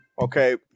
Okay